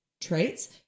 traits